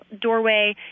doorway